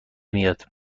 میاد